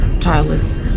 Childless